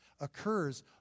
occurs